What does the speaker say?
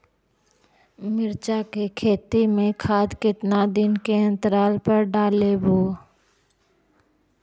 मिरचा के खेत मे खाद कितना दीन के अनतराल पर डालेबु?